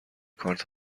کارت